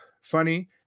funny